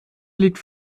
liegt